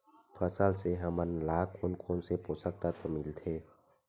फसल से हमन ला कोन कोन से पोषक तत्व मिलथे?